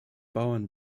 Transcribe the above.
bauern